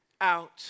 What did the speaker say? out